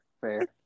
Fair